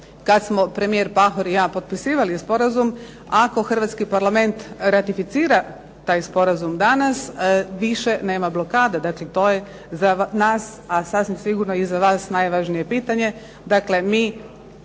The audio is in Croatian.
kad smo premijer Pahor i ja potpisivali sporazum, ako hrvatski Parlament ratificira taj sporazum danas, više nema blokade. Dakle to je za nas, a sasvim sigurno i za vas najvažnije pitanje.